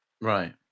Right